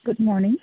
good morning